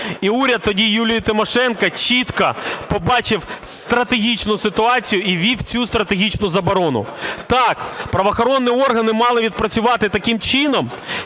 І уряд тоді Юлії Тимошенко чітко побачив стратегічну ситуацію і ввів цю стратегічну заборону. Так, правоохоронні органи мали відпрацювати таким чином,